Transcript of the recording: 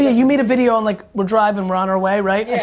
you made a video on like, we're driving, we're on our way, right?